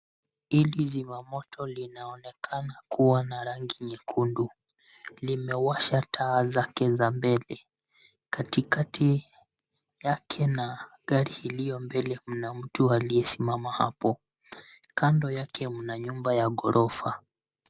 Hiki zimamoto linaonekana kuwa na rangi nyekundu. Limewasha taa zake za mbele. Katikati yake na gari iliyo mbele mna mtu aliyesimama hapo. Kando yake mna nyumba ya ghorofa.